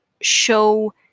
show